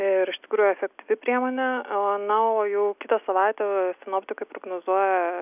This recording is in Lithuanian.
ir iš tikrųjų efektyvi priemonė manau jau kitą savaitę sinoptikai prognozuoja